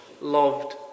loved